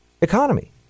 economy